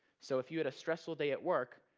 so if you had a stressful day at work,